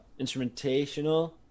instrumentational